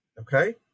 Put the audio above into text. okay